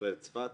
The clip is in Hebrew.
מכללת צפת,